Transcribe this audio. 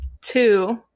two